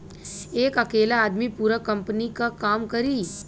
एक अकेला आदमी पूरा कंपनी क काम करी